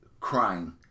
Crying